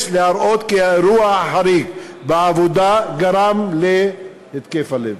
יש להראות כי אירוע חריג בעבודה גרם להתקף הלב,